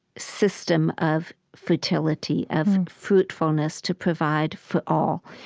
system of fertility, of fruitfulness to provide for all.